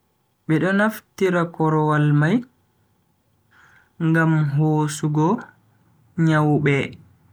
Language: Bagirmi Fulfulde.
Be do naftira korowal mai ngam hosugo nyawbe.